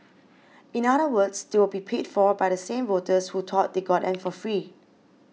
in other words they will be paid for by the same voters who thought they got them for free